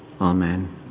Amen